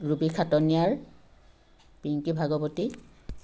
Ruby Khataniar Pinky Bhagawati